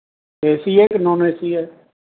AC ਹੈ ਕਿ non AC ਹੈ